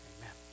Amen